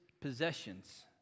possessions